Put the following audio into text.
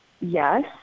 Yes